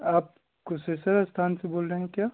आप स्थान से बोल रहें क्या